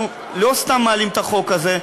אנחנו לא סתם מעלים את החוק הזה,